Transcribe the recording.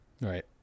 Right